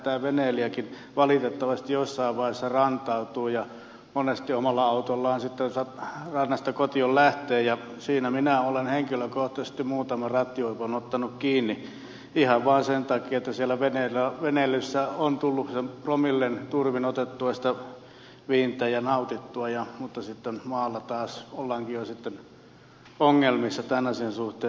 kyllähän veneilijäkin valitettavasti jossain vaiheessa rantautuu ja monesti omalla autollaan sitten rannasta kotiin lähtee ja siinä minä olen henkilökohtaisesti muutaman rattijuopon ottanut kiinni ihan vaan sen takia että siellä veneillessä on tullut sen promillen turvin otettua viintä ja nautittua mutta sitten maalla taas ollaankin jo ongelmissa tämän asian suhteen